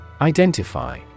Identify